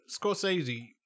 Scorsese